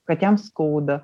kad jam skauda